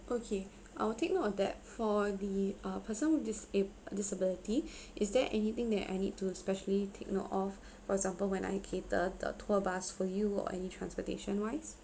okay I will take note of that for the uh person who disa~ disability is there anything that I need to especially take note of for example when I cater the tour bus for you or any transportation wise